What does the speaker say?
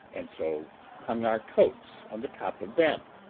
and so hung our coats on the top of them,